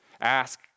Ask